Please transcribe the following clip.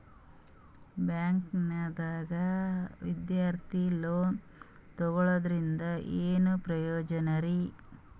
ಬ್ಯಾಂಕ್ದಾಗ ವಿದ್ಯಾರ್ಥಿ ಲೋನ್ ತೊಗೊಳದ್ರಿಂದ ಏನ್ ಪ್ರಯೋಜನ ರಿ?